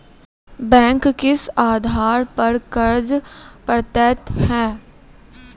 Bank किस आधार पर कर्ज पड़तैत हैं?